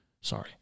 Sorry